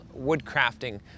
woodcrafting